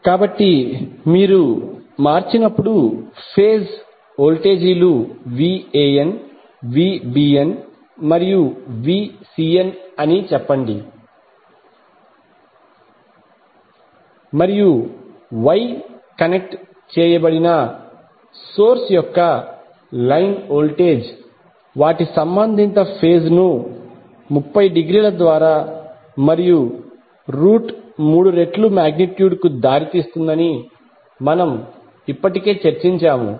కాబట్టి మీరు మార్చినప్పుడు ఫేజ్ వోల్టేజీలు Van Vbn మరియు Vcn అని చెప్పండి మరియు వై కనెక్ట్ చేయబడిన సోర్స్ యొక్క లైన్ వోల్టేజ్ వాటి సంబంధిత ఫేజ్ ను 30 డిగ్రీల ద్వారా మరియు రూట్ 3 రెట్లు మాగ్నిట్యూడ్ కి దారితీస్తుందని మనము ఇప్పటికే చర్చించాము